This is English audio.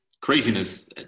craziness